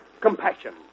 compassion